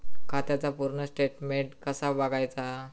खात्याचा पूर्ण स्टेटमेट कसा बगायचा?